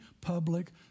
public